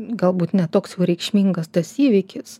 galbūt ne toks jau reikšmingas tas įvykis